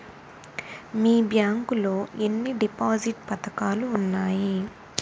మీ bank లో ఎన్ని deposit పథకాలు ఉన్నాయి?